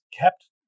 kept